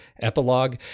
epilogue